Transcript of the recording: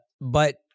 But-